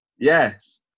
Yes